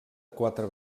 quatre